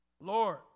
Lord